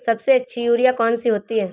सबसे अच्छी यूरिया कौन सी होती है?